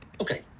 Okay